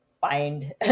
find